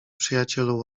przyjacielu